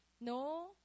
No